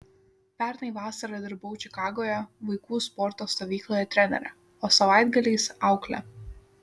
pernai vasarą dirbau čikagoje vaikų sporto stovykloje trenere o savaitgaliais aukle